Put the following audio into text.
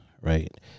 right